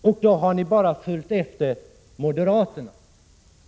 och har bara följt efter moderaterna.